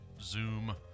Zoom